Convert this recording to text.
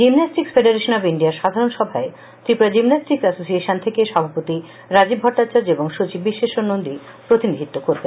gymnastics federation of ইন্ডিয়ার সাধারণ সভায় ত্রিপুরা জিমন্যাস্টিক্স এসোসিয়েশন থেকে সভাপতি রাজীব ভট্টাচার্য ও সচিব বিশ্বেশ্বর নন্দী প্রতিনিধিত্ব করবেন